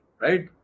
Right